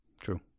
true